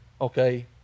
okay